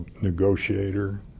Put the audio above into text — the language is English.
negotiator